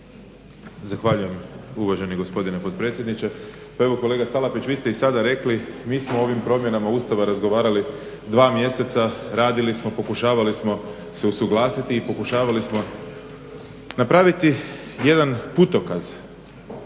Zahvaljujem uvaženi gospodine potpredsjedniče. Pa evo kolega Salapić vi ste i sada rekli, mi smo o ovim promjenama Ustava razgovarali dva mjeseca, radili smo pokušavali smo se usuglasiti i pokušavali smo napraviti jedan putokaz